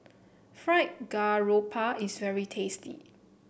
Fried Garoupa is very tasty